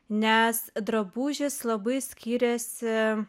nes drabužis labai skyrėsi